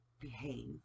behave